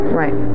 right